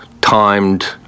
timed